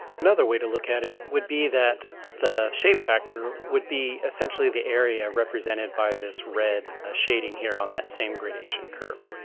another way to look at it would be that the shape factor would be essentially the area represented by this red ah shading here on that same gradation curve.